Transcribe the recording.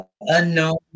unknown